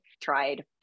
tried